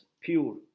pure